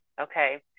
Okay